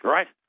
Right